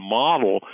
model